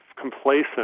complacent